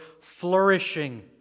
flourishing